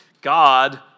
God